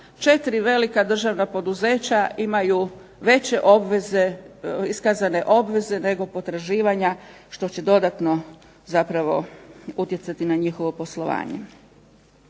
je da 4 velika državna poduzeća imaju veće iskazane obveze nego potraživanja, što će dodatno utjecati na njihovo poslovanje.